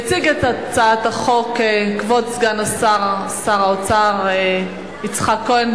יציג את הצעת החוק כבוד סגן שר האוצר יצחק כהן.